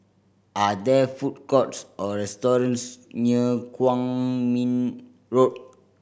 are there food courts or restaurants near Kwong Min Road